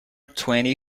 twenty